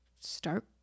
start